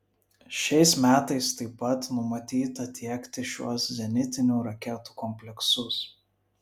šiais metais taip pat numatyta tiekti šiuos zenitinių raketų kompleksus